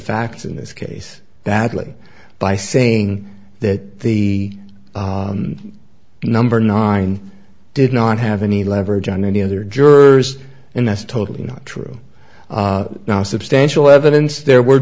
facts in this case badly by saying that the number nine did not have any leverage on any other jurors and that's totally not true now substantial evidence there were